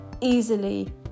easily